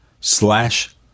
slash